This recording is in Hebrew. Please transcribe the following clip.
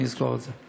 אני אסגור את זה.